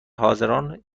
حاضران